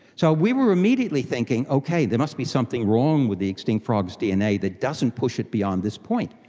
so we were immediately thinking, okay, there must be something wrong with the extinct frogs' dna that doesn't push it beyond this point.